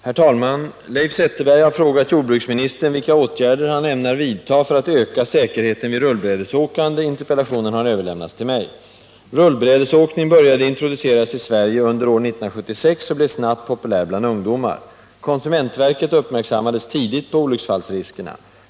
Herr talman! Leif Zetterberg har frågat jordbruksministern vilka åtgärder han ämnar vidta för att öka säkerheten vid rullbrädesåkande. Interpellationen har överlämnats till mig. Rullbrädesåkning började introduceras i Sverige under år 1976 och blev snabbt populär bland ungdomar. Konsumentverket uppmärksammades tidigt på olycksfallsriskerna.